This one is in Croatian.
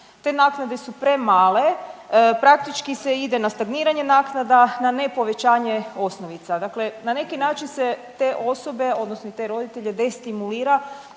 te naknade su premale praktički se ide na stagniranje naknada, na ne povećanje osnovica, dakle na neki način se te osobe odnosno i te roditelje destimulira